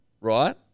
right